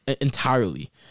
entirely